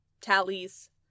tallies